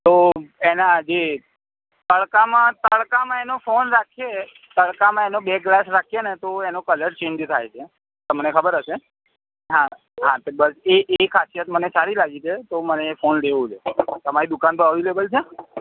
તો એના જે તડકામાં તડકામાં એનો ફોન રાખીએ તડકામાં એનો બેક ગ્લાસ રાખીએ ને તો એનો કલર ચેન્જ થાય છે તમને ખબર હશે હા હા તે બસ એ એ ખાસિયત મને સારી લાગી છે તો મને એ ફોન લેવો છે તમારી દુકાન પર અવેલેબલ છે